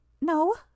No